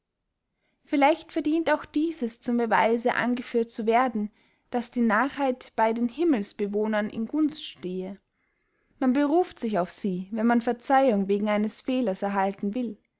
vielleicht verdient auch dieses zum beweise angeführt zu werden daß die narrheit bey den himmelsbewohnern in gunst stehe man beruft sich auf sie wenn man verzeihung wegen einen fehler erhalten will